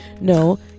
No